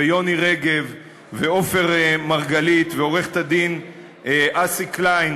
ויוני רגב ועופר מרגלית ועורכת-הדין אסי קליין,